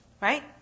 Right